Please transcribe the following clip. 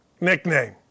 nickname